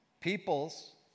peoples